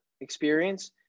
experience